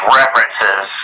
references